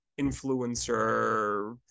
influencer